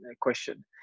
question